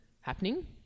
happening